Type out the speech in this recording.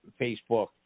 Facebook